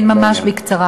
כן, ממש בקצרה.